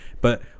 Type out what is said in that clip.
But-